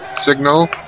signal